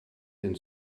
den